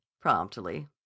promptly